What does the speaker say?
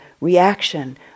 reaction